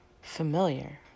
familiar